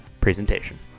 presentation